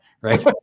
right